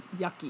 yucky